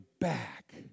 back